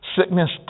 Sickness